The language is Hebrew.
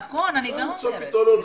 נכון, גם אני אומרת.